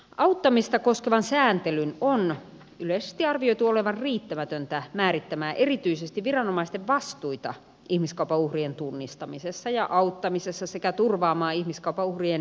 auttamista koskevan sääntelyn on yleisesti arvioitu olevan riittämätöntä määrittämään erityisesti viranomaisten vastuita ihmiskaupan uhrien tunnistamisessa ja auttamisessa sekä turvaamaan ihmiskaupan uhrien yhdenvertaista kohtelua